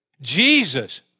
Jesus